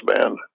Band